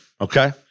okay